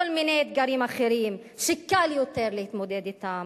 מיני אתגרים אחרים שקל יותר להתמודד אתם.